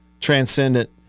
transcendent